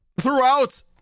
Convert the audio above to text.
Throughout